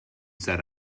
said